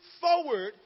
forward